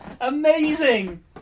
Amazing